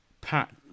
Pat